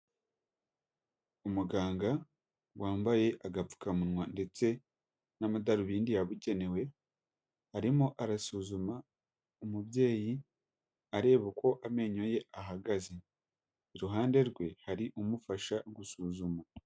Umuganga wambaye agapfukamunwa ndetse n'amadarubindi yabugenewe, arimo arasuzuma umubyeyi areba uko amenyo ye ahagaze, iruhande rwe hari umufasha gusuzuma.